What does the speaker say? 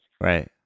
Right